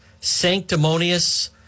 sanctimonious